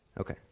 Okay